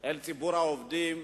על ציבור העובדים,